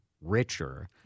richer